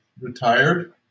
retired